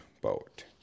boat